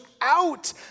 out